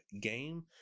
game